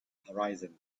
horizon